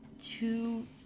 Two